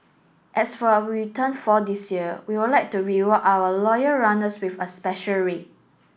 so as we turn four this year we will like to reward our loyal runners with a special rate